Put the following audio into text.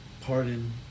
pardon